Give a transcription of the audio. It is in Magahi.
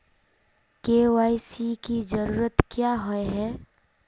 के.वाई.सी की जरूरत क्याँ होय है?